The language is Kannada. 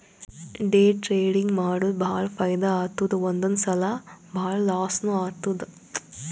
ಡೇ ಟ್ರೇಡಿಂಗ್ ಮಾಡುರ್ ಭಾಳ ಫೈದಾ ಆತ್ತುದ್ ಒಂದೊಂದ್ ಸಲಾ ಭಾಳ ಲಾಸ್ನೂ ಆತ್ತುದ್